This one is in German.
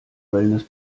wellness